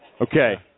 Okay